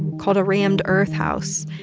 called a rammed earth house,